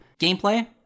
gameplay